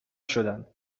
شدن